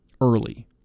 early